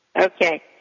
Okay